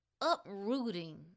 uprooting